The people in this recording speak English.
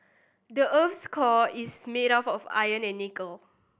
the earth's core is made of iron and nickel